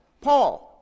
Paul